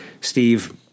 Steve